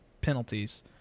penalties